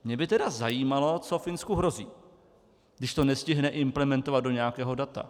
Mě by tedy zajímalo, co Finsku hrozí, když to nestihne implementovat do nějakého data.